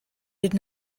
did